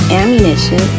ammunition